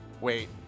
Wait